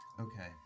Okay